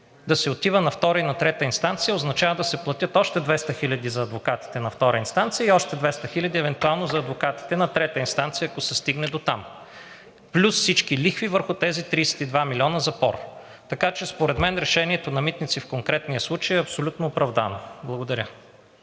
да се отива на втора и на трета инстанция означава да се платят още 200 хиляди за адвокатите на втора инстанция и още 200 хиляди евентуално за адвокатите на трета инстанция, ако се стигне дотам, плюс всички лихви върху тези 32 милиона запор. Така че според мен решението на „Митници“ в конкретния случай е абсолютно оправдано. Благодаря.